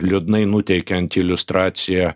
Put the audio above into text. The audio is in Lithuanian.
liūdnai nuteikianti iliustracija